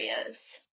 areas